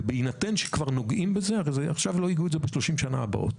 ובהינתן שכבר נוגעים בזה הרי עכשיו לא יגעו בזה בשלושים השנים הבאות